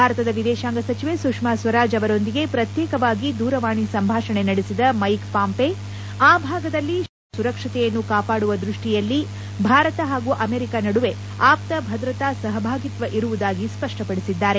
ಭಾರತದ ವಿದೇಶಾಂಗ ಸಚಿವೆ ಸುಷ್ನಾ ಸ್ವರಾಜ್ ಅವರೊಂದಿಗೆ ಪ್ರತ್ಯೇಕವಾಗಿ ದೂರವಾಣಿ ಸಂಭಾಷಣೆ ನಡೆಸಿದ ಮೈಕ್ ಪಾಂಪೆ ಆ ಭಾಗದಲ್ಲಿ ಶಾಂತಿ ಹಾಗೂ ಸುರಕ್ಷತೆಯನ್ನು ಕಾಪಾಡುವ ದೃಷ್ಷಿಯಲ್ಲಿ ಭಾರತ ಹಾಗೂ ಅಮೆರಿಕ ನಡುವೆ ಆಪ್ತ ಭದ್ರತಾ ಸಹಭಾಗಿತ್ವ ಇರುವುದಾಗಿ ಸ್ಪಷ್ಪಪಡಿಸಿದ್ದಾರೆ